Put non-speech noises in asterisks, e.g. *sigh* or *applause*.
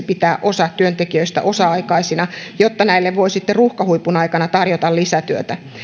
*unintelligible* pitää osa työtekijöistä osa aikaisina jotta näille voi sitten ruuhkahuipun aikana tarjota lisätyötä